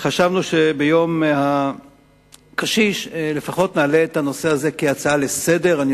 חשבנו שביום הקשיש לפחות נעלה את הנושא הזה כהצעה לסדר-היום.